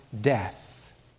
death